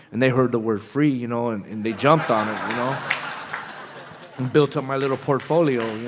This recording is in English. and they heard the word free, you know, and and they jumped on built up my little portfolio,